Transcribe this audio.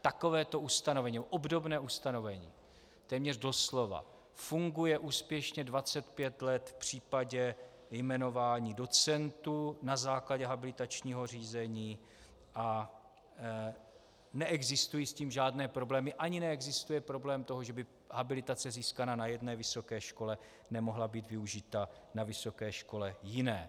Takovéto ustanovení nebo obdobné ustanovení téměř doslova funguje úspěšně 25 let v případě jmenování docentů na základě habilitačního řízení a neexistují s tím žádné problémy ani neexistuje problém toho, že by habilitace získaná na jedné vysoké škole nemohla být využita na vysoké škole jiné.